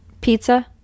pizza